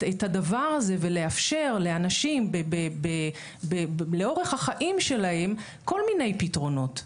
הדבר הזה ולאפשר לאנשים לאורך החיים שלהם כל מיני פתרונות.